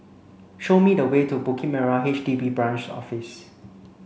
show me the way to Bukit Merah H D B Branch Office